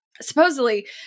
supposedly